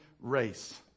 race